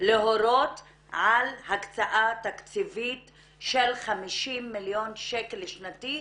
להורות על הקצאה תקציבית של 50 מיליון שקל שנתי,